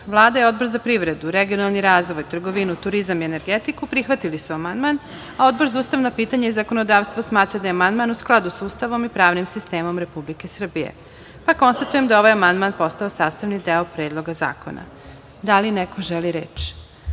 i Odbor za privredu, regionalni razvoj, trgovinu, turizam i energetiku prihvatili su amandman, a Odbor za ustavna pitanja i zakonodavstvo smatra da je amandman u skladu sa Ustavom i pravnim sistemom Republike Srbije, pa konstatujem da je ovaj amandman postao sastavni deo Predloga zakona. Da li neko želi reč?